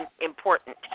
important